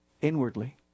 Inwardly